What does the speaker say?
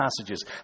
passages